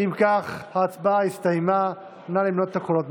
אם כך, ההצבעה הסתיימה, נא למנות את הקולות,